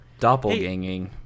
Doppelganging